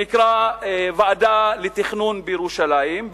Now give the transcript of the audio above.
שנקרא ועדה לתכנון בירושלים,